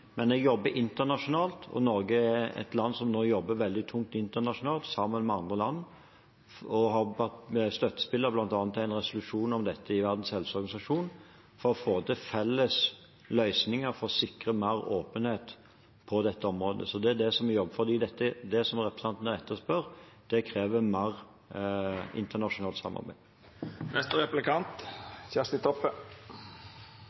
Men jeg jobber internasjonalt, og Norge er et land som nå jobber veldig tungt internasjonalt sammen med andre land – vi har bl.a. vært støttespiller for en resolusjon om dette i Verdens helseorganisasjon – for å få til felles løsninger for å sikre mer åpenhet på dette området. Det jobber vi for, for det som